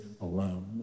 alone